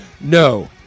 no